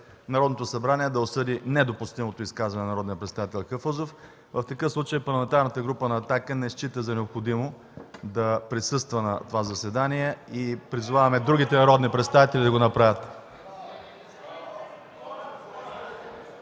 Народното събрание да осъди недопустимото изказване на народния представител Хафъзов. В такъв случай Парламентарната група на „Атака” не счита за необходимо да присъства на това заседание и призоваваме и другите народни представители да го направят.